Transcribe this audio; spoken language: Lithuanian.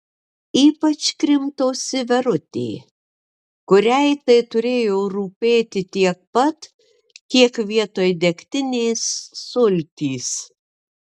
ypač krimtosi verutė kuriai tai turėjo rūpėti tiek pat kiek vietoj degtinės sultys